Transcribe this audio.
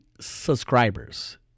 subscribers